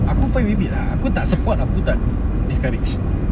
aku fine with it ah aku tak support aku tak discourage